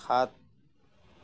সাত